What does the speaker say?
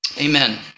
Amen